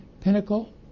pinnacle